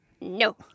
No